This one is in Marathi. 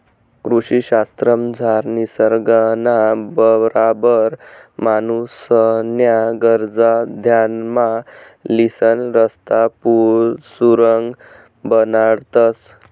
कृषी शास्त्रमझार निसर्गना बराबर माणूसन्या गरजा ध्यानमा लिसन रस्ता, पुल, सुरुंग बनाडतंस